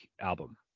album